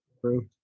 true